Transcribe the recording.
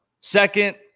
Second